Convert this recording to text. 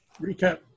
Recap